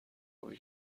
آبی